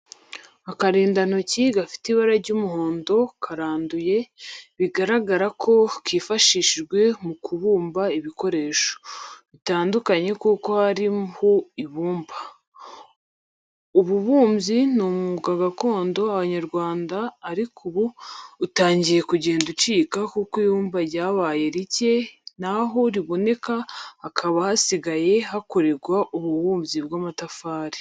Akarindantoki gafite ibara ry'umuhondo karanduye, bigaragara ko kifashishijwe mu kubumba ibikoresho bitandukanye kuko kariho ibumba. Ububumbyi ni umwuga gakondo w'Abanyarwanda ariko ubu utangiye kugenda ucika kuko ibumba ryabaye rike naho riboneka hakaba hasigaye hakorerwa ububumbyi bw'amatafari.